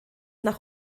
nach